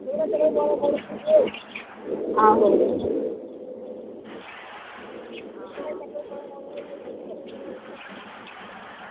आहो